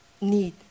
need